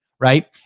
right